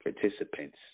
participants